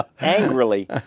Angrily